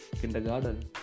Kindergarten